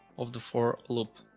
of the for loop.